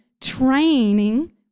training